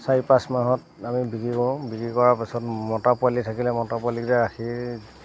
চাৰি পাঁচ মাহত আমি বিক্ৰী কৰোঁ বিক্ৰী কৰাৰ পিছত মতা পোৱালি থাকিলে মতা পোৱালিকেইটা ৰাখি